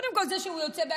לא, לא, לא, ממש לא.